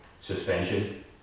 suspension